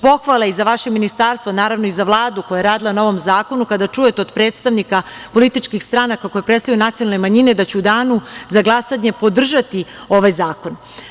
Pohvala i za vaše Ministarstvo, naravno, i za Vladu koja je radila na ovom zakonu, kada čujete od predstavnika političkih stranaka koji predstavljaju nacionalne manjine da će u danu za glasanje podržati ovaj zakon.